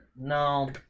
No